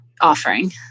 offering